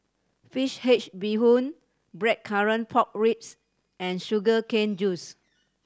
fish bee hoon Blackcurrant Pork Ribs and sugar cane juice